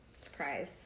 surprise